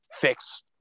fix